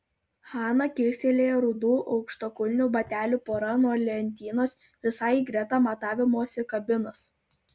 hana kilstelėjo rudų aukštakulnių batelių porą nuo lentynos visai greta matavimosi kabinos